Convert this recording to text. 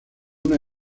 una